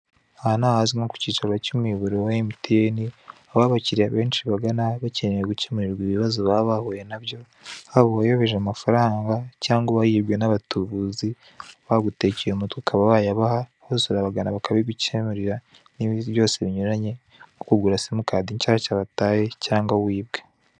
Aha ni ahazwi nko ku cyicaro cy'umuyoboro wa emutiyeni, aho abakiliya benshi bagana bakeneye gukemurirwa ibibazo baba bahuye na byo, haba uwayobeje amafaranga cyangwa uwayibwe n'abatubuzi bagutekeye umutwe ukaba wayabaha, hose urabagana bakabigukemurira n'ibindi byose binyuranye nko kugura simukadi nshyashya wataye cyangwa wibwe.